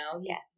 yes